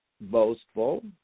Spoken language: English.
boastful